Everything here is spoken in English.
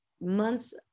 months